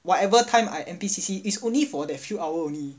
whatever time I N_P_C_C is only for that few hour only